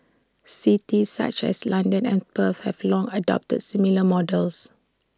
cities such as London and Perth have long adopted similar models